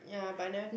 ya but I never